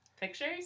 Pictures